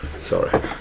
Sorry